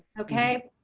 okay.